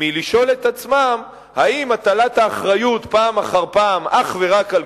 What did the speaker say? מלשאול את עצמם אם הטלת האחריות פעם אחר פעם אך ורק על